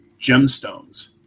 gemstones